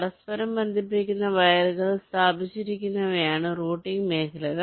പരസ്പരം ബന്ധിപ്പിക്കുന്ന വയറുകൾ സ്ഥാപിച്ചിരിക്കുന്നവയാണ് റൂട്ടിംഗ് മേഖലകൾ